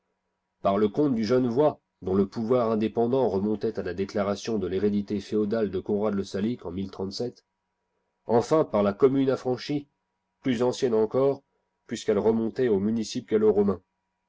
par le comte du genevois dont le pouvoir indépendant remontait à la déclaration de l'hérédité féodale de conrad le saliquc en enfin par la commune affranchie plus ancienne encore puisqu'elle remontait au municipe gallo romain